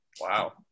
Wow